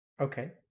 Okay